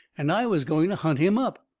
and i was going to hunt him up.